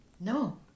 no